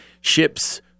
ships